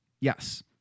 Yes